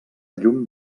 llum